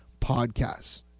podcasts